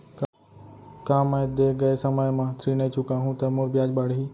का मैं दे गए समय म ऋण नई चुकाहूँ त मोर ब्याज बाड़ही?